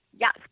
yes